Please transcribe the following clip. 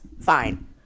Fine